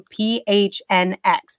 PHNX